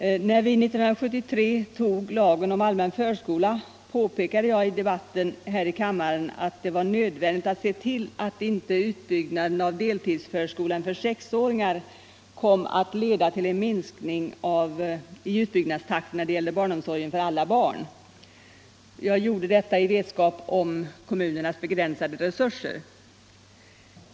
Då vi 1973 antog lagen om allmän förskola påpekade jag i kammardebatten att det var nödvändigt att se till att inte utbyggnaden av deltidsförskolan för sexåringar kom att leda till en minskning i utbyggnadstakten när det gäller barnomsorgen för alla barn. Jag gjorde detta i vetskap om kommunernas begränsade resurser.